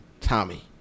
Tommy